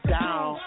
down